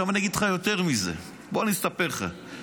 עכשיו אגיד לך יותר מזה, אספר לך.